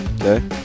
Okay